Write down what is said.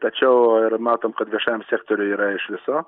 tačiau ir matom kad viešam sektoriui yra iš viso